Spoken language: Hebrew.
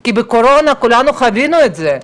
כי בקורונה כולנו חווינו את זה,